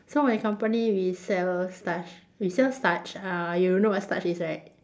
so my company we sell starch we sell starch uh you know what starch is right